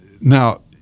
now